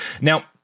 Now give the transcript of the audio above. Now